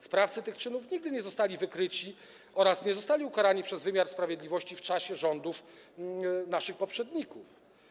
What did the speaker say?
Sprawcy tych czynów nigdy nie zostali wykryci oraz nie zostali ukarani przez wymiar sprawiedliwości w czasie rządów naszych poprzedników.